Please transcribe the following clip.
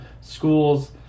Schools